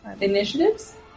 Initiatives